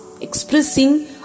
Expressing